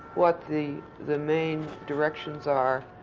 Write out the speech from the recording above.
what the the main directions are